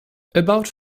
about